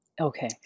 Okay